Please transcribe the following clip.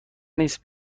نیست